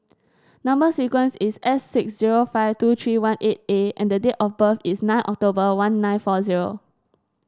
number sequence is S six zero five two three one eight A and the date of birth is nine October one nine four zero